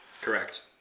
correct